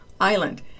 Island